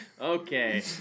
okay